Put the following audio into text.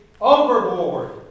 overboard